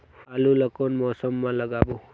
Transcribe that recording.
आलू ला कोन मौसम मा लगाबो?